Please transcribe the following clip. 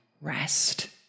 rest